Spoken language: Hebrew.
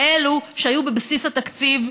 כאלה שהיו בבסיס התקציב,